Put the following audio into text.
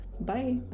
bye